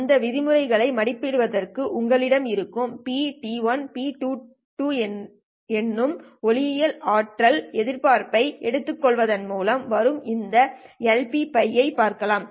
அந்த விதிமுறைகளை மதிப்பிடுவதற்கு உங்களிடம் இருக்கும் PP எனும் ஒளியியல் ஆற்றல் எதிர்பார்ப்பை எடுத்துக்கொள்வதன் மூலம் வரும் இந்த Lpτ ஐப் பார்க்கலாம்